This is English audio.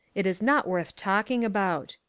it is not worth talking about.